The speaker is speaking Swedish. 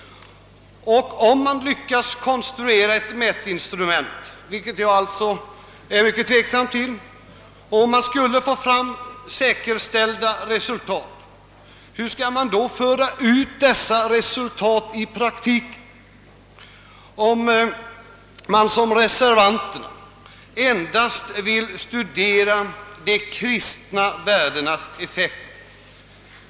Om man lyckas konstruera ett mätningsinstrument, vilket jag alltså finner vara tveksamt, om man skulle få fram säkerställda resultat, hur skall man föra ut dessa resultat i praktiken, om man som reservanterna endast vill studera de kristna värdenas effekt?